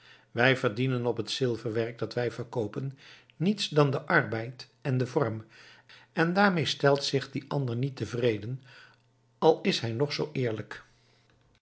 wij verdienen op het zilverwerk dat wij koopen niets dan den arbeid en den vorm en daarmee stelt zich die ander niet tevreden al is hij nog zoo eerlijk